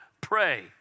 pray